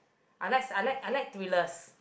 I like s~ I like I like thrillers